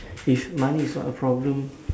if money is not a problem